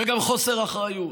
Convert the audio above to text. וגם חוסר אחריות.